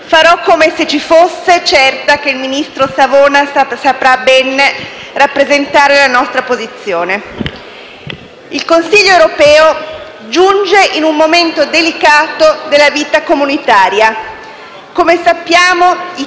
Farò come se ci fosse, certa che il ministro Savona saprà ben rappresentare la nostra posizione. Il Consiglio europeo giunge in un momento delicato della vita comunitaria. Come sappiamo, i